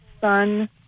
son